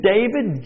David